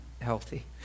healthy